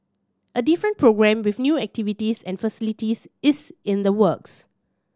a different programme with new activities and facilities is in the works